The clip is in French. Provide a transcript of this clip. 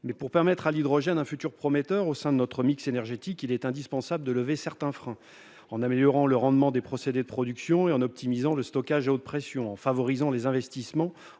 pour offrir à l'hydrogène un futur prometteur dans notre mix énergétique, il est indispensable de lever certains freins, en améliorant le rendement des procédés de production, en optimisant le stockage à haute pression ou encore en favorisant les investissements,